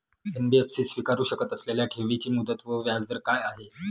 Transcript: NBFC स्वीकारु शकत असलेल्या ठेवीची मुदत व व्याजदर काय आहे?